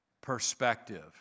perspective